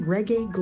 Reggae